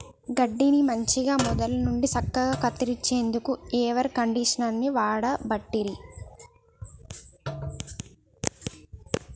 గడ్డిని మంచిగ మొదళ్ళ నుండి సక్కగా కత్తిరించేందుకు మొవెర్ కండీషనర్ని వాడబట్టిరి